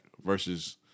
versus